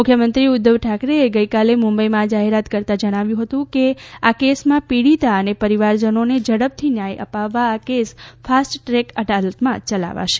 મુખ્યમંત્રી ઉધ્ધવ ઠાકરેએ ગઇકાલે મુંબઇમાં આ જાહેરાત કરતા જણાવ્યું હતું કે આ કેસમાં પિડીતા અને પરિવારજનોને ઝડપથી ન્યાય અપાવવા આ કેસ ફાસ્ટ ટ્રેક અદાલતમાં ચલાવાશે